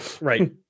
right